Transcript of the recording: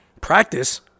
Practice